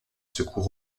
secours